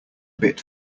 bit